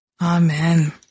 Amen